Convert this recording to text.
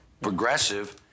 progressive